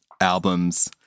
albums